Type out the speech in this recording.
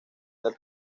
del